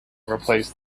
replaced